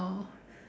oh